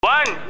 One